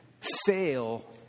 fail